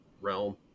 realm